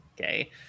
okay